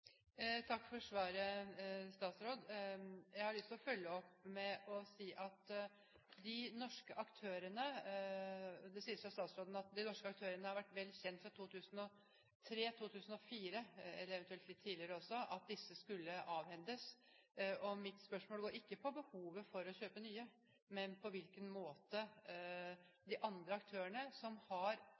Takk for svaret. Jeg har lyst til å følge opp med å si at de norske aktørene – det sies også fra statsråden – har fra 2003–2004, eller eventuelt litt tidligere også, vært vel kjent med at disse skulle avhendes. Mitt spørsmål gjelder ikke behovet for å kjøpe nye. De andre aktørene har tog, lokomotiv, som